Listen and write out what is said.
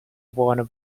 warner